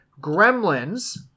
Gremlins